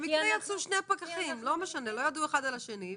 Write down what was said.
במקרה יצאו שני פקחים שלא ידעו אחד על השני.